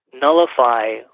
nullify